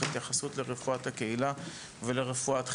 התייחסות לרפואת הקהילה ולרפואת חירום.